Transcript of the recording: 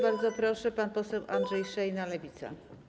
Bardzo proszę, pan poseł Andrzej Szejna, Lewica.